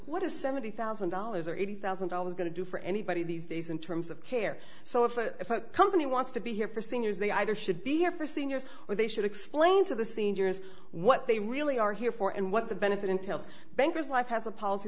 what a seventy thousand dollars or eighty thousand dollars going to do for anybody these days in terms of care so if a company wants to be here for seniors they either should be here for seniors or they should explain to the seniors what they really are here for and what the benefit entails bankers life has a policy